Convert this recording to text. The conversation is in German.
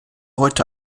heute